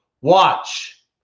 Watch